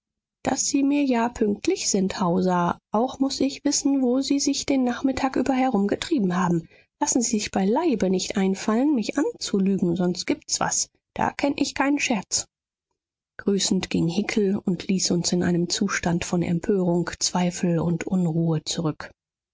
daß sie mir ja pünktlich sind hauser auch muß ich wissen wo sie sich den nachmittag über herumgetrieben haben lassen sie sich beileibe nicht einfallen mich anzulügen sonst gibt's was da kenn ich keinen scherz grüßend ging hickel und ließ uns in einem zustand von empörung zweifel und unruhe zurück